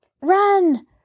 Run